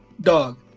Dog